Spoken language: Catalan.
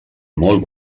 molt